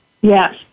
Yes